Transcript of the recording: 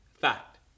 fact